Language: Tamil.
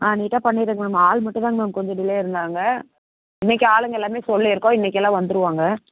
ஆ நீட்டாக பண்ணிறேங்க மேம் ஆள் மட்டும் தாங்க மேம் கொஞ்சம் டிலே இருந்தாங்க இன்றைக்கு ஆளுங்க எல்லாமே சொல்லியிருக்கோம் இன்றைக்கு எல்லாம் வந்துடுவாங்க